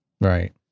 Right